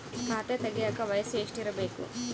ಖಾತೆ ತೆಗೆಯಕ ವಯಸ್ಸು ಎಷ್ಟಿರಬೇಕು?